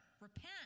repent